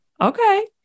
Okay